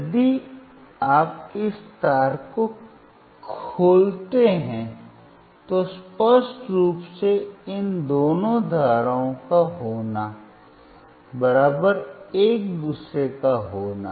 यदि आप इस तार को खोलते हैं तो स्पष्ट रूप से इन दोनों धाराओं का होना एक दूसरे का होना